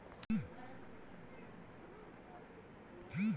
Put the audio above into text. ऋण की पात्रता क्या है?